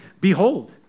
Behold